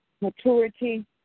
maturity